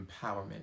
empowerment